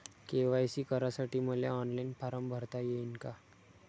KYC करासाठी मले online form भरता येईन का?